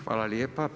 Hvala lijepo.